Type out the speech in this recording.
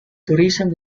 tourism